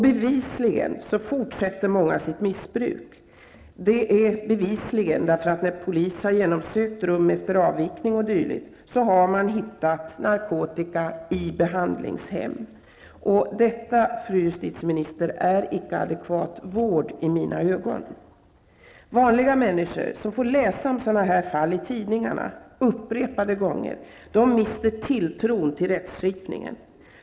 Bevisligen fortsätter många med sitt missbruk. I samband med att polis har genomsökt rum på behandlingshem efter avvikning o.d. har de nämligen hittat narkotika. Detta, fru justitieminister, är icke adekvat vård i mina ögon. Vanliga människor, som upprepade gånger får läsa om sådana här fall i tidningarna, mister tilltron till rättsskipningen.